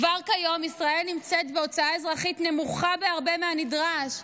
כבר כיום ישראל נמצאת בהוצאה אזרחית נמוכה בהרבה מהנדרש,